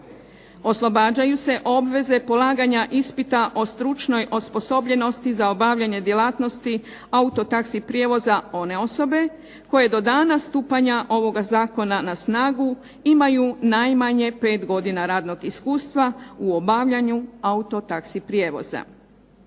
Oslobađaju se obveze polaganja ispita o stručnoj osposobljenosti za obavljanje djelatnosti autotaxi prijevoza one osobe koje do dana stupanja ovoga zakona na snagu imaju najmanje 5 godina radnog iskustva u obavljanju autotaxi prijevoza.